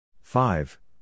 five